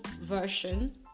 version